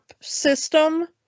system